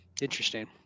Interesting